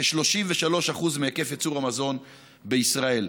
כ-33% מהיקף ייצור המזון בישראל.